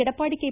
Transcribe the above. Edappadi K